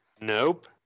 Nope